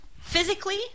Physically